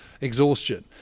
exhaustion